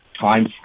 time